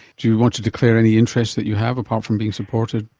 do you want to declare any interest that you have, apart from being supported